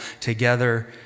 together